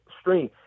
stream